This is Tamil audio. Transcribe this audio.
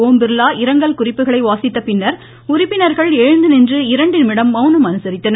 ஓம்பிர்லா இரங்கல் குறிப்புகளை வாசித்தபின்னர் உறுப்பினர்கள் எழுந்துநின்று இரண்டு நிமிடம் மவுனம் அனுசரித்தனர்